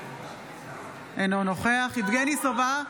אינו נוכח יבגני סובה,